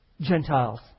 Gentiles